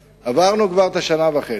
עברנו כבר את השנה וחצי.